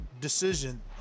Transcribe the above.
decision